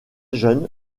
jeune